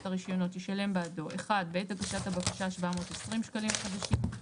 הרישיונות ישלם בעדו - בעת הגשת הבקשה - 720 שקלים חדשים.